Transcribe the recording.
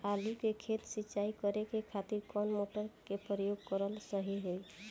आलू के खेत सिंचाई करे के खातिर कौन मोटर के प्रयोग कएल सही होई?